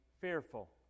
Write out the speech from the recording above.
fearful